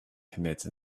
commits